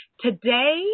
Today